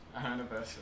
anniversary